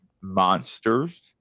monsters